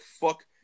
fuck